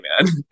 man